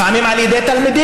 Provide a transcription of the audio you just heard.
לפעמים על ידי תלמידים,